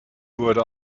wurde